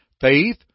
Faith